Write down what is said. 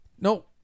No